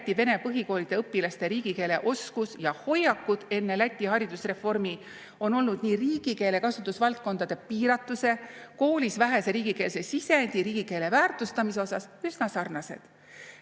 Läti vene põhikoolide õpilaste riigikeeleoskus ja hoiakud enne Läti haridusreformi on olnud nii riigikeele kasutusvaldkondade piiratuse, koolis vähese riigikeelse sisendi, riigikeele väärtustamise osas üsna sarnased.